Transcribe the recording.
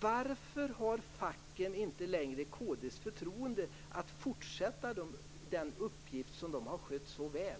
Varför har facken inte längre kd:s förtroende att fortsätta med den uppgift som de har skött så väl?